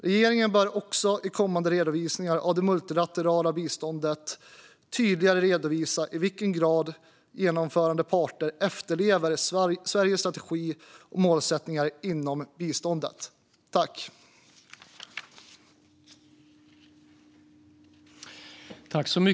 Regeringen bör också i kommande redovisningar av det multilaterala biståndet tydligare redovisa i vilken grad genomförande parter efterlever Sveriges strategi och målsättningar på biståndsområdet.